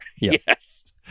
yes